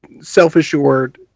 self-assured